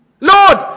Lord